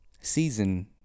season